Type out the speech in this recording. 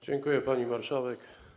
Dziękuję, pani marszałek.